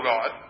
God